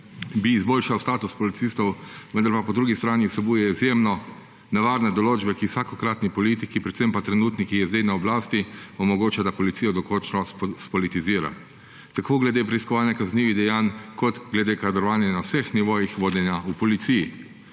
bi izboljšal status policistov, vendar pa po drugi strani vsebuje izjemno nevarne določbe, ki vsakokratni politiki, predvsem pa trenutni, ki je sedaj na oblasti, omogoča, da policijo dokončno spolitizira tako glede preiskovanja kaznivih dejanj kot glede kadrovanja na vseh nivojih vodenja v policiji.